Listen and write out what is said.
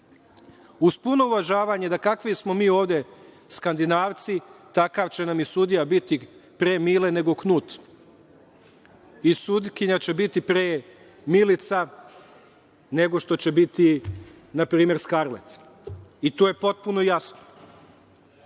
Uz puno uvažavanje, da kakvi smo mi ovde Skandinavci, takav će nam i sudija biti pre Mile nego Knut i sutkinja će biti pre Milica nego što će biti npr. Skarlet. To je potpuno